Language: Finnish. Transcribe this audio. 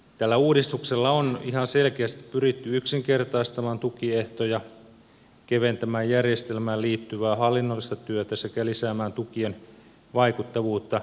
tällä uudistuksella on ihan selkeästi pyritty yksinkertaistamaan tukiehtoja keventämään järjestelmään liittyvää hallinnollista työtä sekä lisäämään tukien vaikuttavuutta